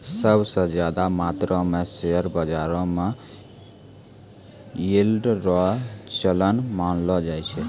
सब स ज्यादा मात्रो म शेयर बाजारो म यील्ड रो चलन मानलो जाय छै